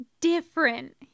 different